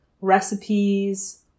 recipes